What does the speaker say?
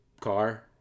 car